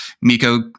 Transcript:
Miko